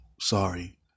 Sorry